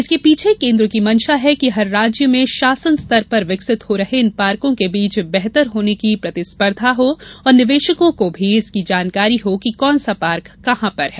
इसके पीछे केंद्र की मंशा है कि हर राज्य में शासन स्तर पर विकसित हो रहे इन पार्कों के बीच बेहतर होने की प्रतिस्पर्धा हो और निवेशकों को भी इसकी जानकारी हो कि कौन सा पार्क कहां पर है